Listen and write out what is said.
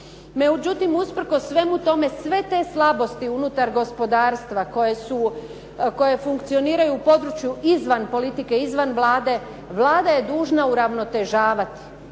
Međutim, usprkos svemu tome sve te slabosti unutar gospodarstva koje su, koje funkcioniraju u području izvan politike, izvan Vlade, Vlada je dužna uravnotežavati.